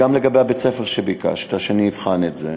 גם לגבי בית-הספר, שביקשת שאבחן את זה.